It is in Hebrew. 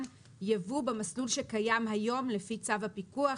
ייבוא במסלול שקיים היום לפי צו הפיקוח,